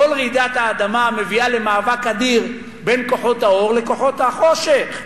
כל רעידת האדמה מביאה למאבק אדיר בין כוחות האור לכוחות החושך,